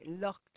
locked